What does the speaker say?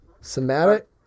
Somatic